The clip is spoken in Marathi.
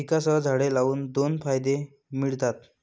पिकांसह झाडे लावून दोन फायदे मिळतात